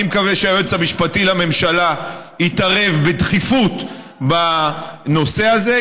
אני מקווה שהיועץ המשפטי לממשלה יתערב בדחיפות בנושא הזה,